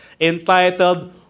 entitled